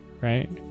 right